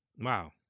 Wow